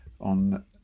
on